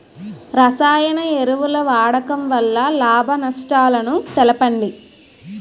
రసాయన ఎరువుల వాడకం వల్ల లాభ నష్టాలను తెలపండి?